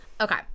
okay